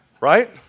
Right